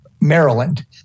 Maryland